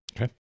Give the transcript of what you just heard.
Okay